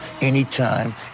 anytime